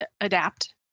adapt